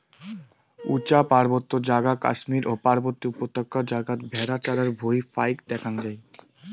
উচা পার্বত্য জাগা কাশ্মীর ও পার্বতী উপত্যকা জাগাত ভ্যাড়া চরার ভুঁই ফাইক দ্যাখ্যাং যাই